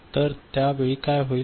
तर त्यावेळी काय होईल